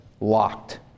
locked